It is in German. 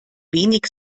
wenig